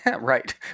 Right